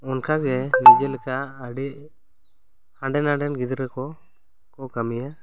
ᱚᱱᱠᱟ ᱜᱮ ᱡᱮᱞᱮᱠᱟ ᱦᱟᱸᱰᱮ ᱱᱟᱰᱮ ᱨᱮᱱ ᱜᱤᱫᱽᱨᱟᱹ ᱠᱚ ᱠᱚ ᱠᱟᱹᱢᱤᱭᱟ